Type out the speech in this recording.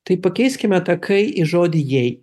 tai pakeiskime tą kai į žodį jei